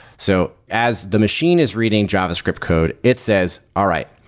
so as the machine is reading javascript code, it says, all right,